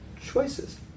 choices